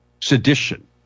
Sedition